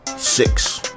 Six